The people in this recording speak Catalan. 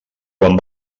quan